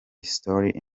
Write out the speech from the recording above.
story